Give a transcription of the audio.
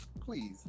Please